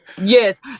Yes